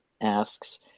asks